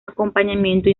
acompañamiento